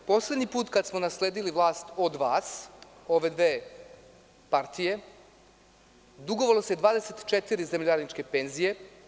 Poslednji put kada smo nasledili vlast od vas, ove dve partije, dugovalo se 24 zemljoradničke penzije.